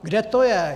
Kde to je?